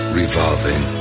revolving